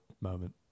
moment